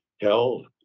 held